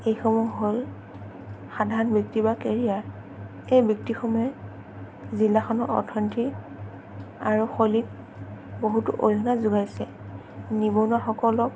এইসমূহ হ'ল সাধাৰণ বৃত্তি বা কেৰিয়াৰ এই বৃত্তিসমূহে জিলাখনৰ অৰ্থনীতি আৰু শৈলীক বহুতো অৰিহণা যোগাইছে নিবনুৱাসকলক